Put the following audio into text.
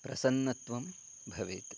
प्रसन्नत्वं भवेत्